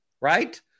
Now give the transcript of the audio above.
right